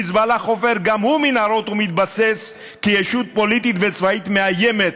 חיזבאללה חופר גם הוא מנהרות ומתבסס כישות פוליטית וצבאית מאיימת,